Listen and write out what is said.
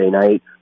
night